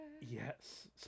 yes